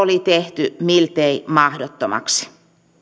oli tehty miltei mahdottomaksi